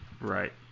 right